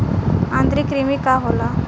आंतरिक कृमि का होला?